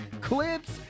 clips